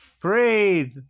breathe